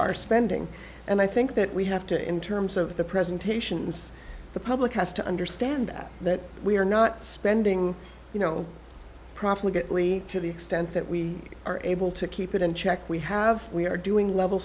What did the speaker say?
our spending and i think that we have to in terms of the presentations the public has to understand that that we are not spending you know profit atlee to the extent that we are able to keep it in check we have we are doing level